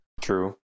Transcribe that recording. true